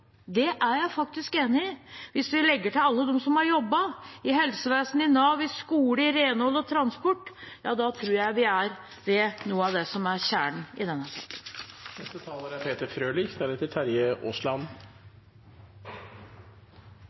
det hadde gått bra, er folket. Det er jeg faktisk enig i. Hvis man legger til alle som har jobbet i helsevesenet, i Nav, i skolen, i renhold og i transport, tror jeg vi er ved noe av det som er kjernen i dette. Det er